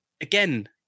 Again